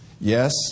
Yes